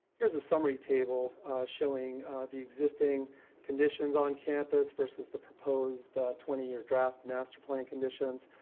here is a summary table showing the existing conditions on campus versus the proposed twenty year draft master plan conditions.